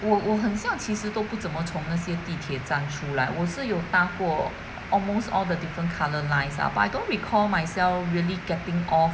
我我很像其实都不怎么从那些地铁站出来我是有搭过 almost all the different colour lines but I don't recall myself really getting off